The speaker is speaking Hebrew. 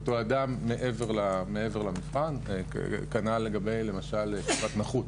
אדם, מעבר למבחן, כנ"ל לגבי, למשל, קצבת נכות,